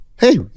Hey